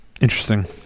Interesting